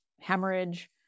hemorrhage